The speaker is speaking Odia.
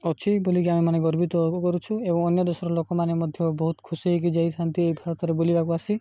ଅଛି ବୋଲିକି ଆମେ ମାନେ ଗର୍ବିତ କରୁଛୁ ଏବଂ ଅନ୍ୟ ଦେଶର ଲୋକମାନେ ମଧ୍ୟ ବହୁତ ଖୁସି ହେଇକି ଯାଇଥାନ୍ତି ଏହି ଭାରତରେ ବୁଲିବାକୁ ଆସି